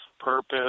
Purpose